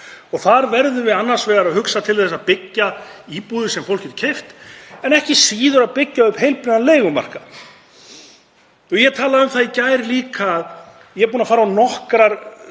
Þar verðum við annars vegar að hugsa til þess að byggja íbúðir sem fólk getur keypt en ekki síður að byggja upp heilbrigðan leigumarkað. Ég talaði um það í gær líka að ég er búinn að fara á nokkrar